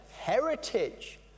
heritage